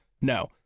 No